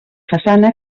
façana